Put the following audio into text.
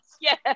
yes